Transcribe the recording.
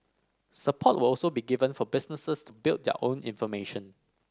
support will also be given for businesses to build their own information